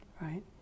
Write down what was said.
right